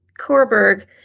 korberg